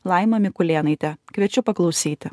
laima mikulėnaite kviečiu paklausyti